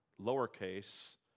lowercase